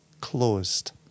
closed